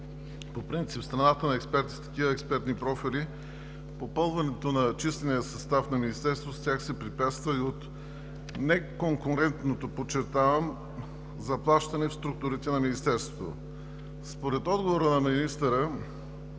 по принцип в страната на експерти с такива експертни профили попълването на числения състав на Министерството с тях се препятства и от неконкурентното, подчертавам, заплащане в структурите на Министерството. Според отговора на министъра